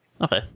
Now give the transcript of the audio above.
Okay